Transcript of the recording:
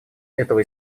этого